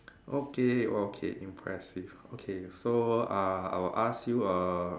okay okay impressive okay so uh I'll ask you a